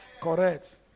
Correct